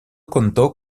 contó